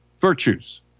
Virtues